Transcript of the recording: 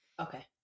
Okay